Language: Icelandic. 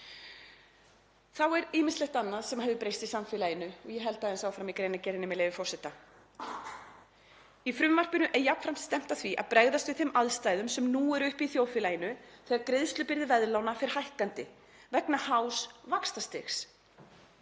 Þá er ýmislegt annað sem hefur breyst í samfélaginu. Ég held aðeins áfram í greinargerðinni, með leyfi forseta: „Í frumvarpinu er jafnframt stefnt að því að bregðast við þeim aðstæðum sem nú eru uppi í þjóðfélaginu þegar greiðslubyrði veðlána fer hækkandi vegna hás vaxtastigs